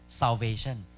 salvation